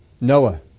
Noah